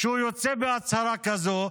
שהוא יוצא בהצהרה כזאת.